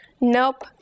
Nope